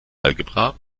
algebra